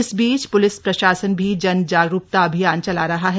इस बीच प्लिस प्रशासन भी जन जागरूकता अभियान चला रहा है